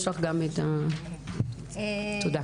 תודה.